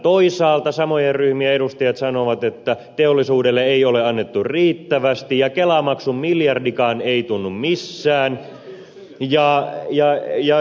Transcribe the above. toisaalta samojen ryhmien edustajat sanovat että teollisuudelle ei ole annettu riittävästi ja kelamaksun miljardikaan ei tunnu missään